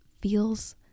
feels